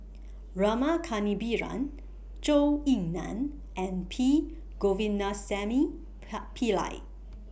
Rama Kannabiran Zhou Ying NAN and P Govindasamy Par Pillai